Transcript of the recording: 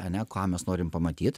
ane ką mes norim pamatyt